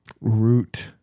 Root